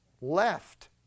left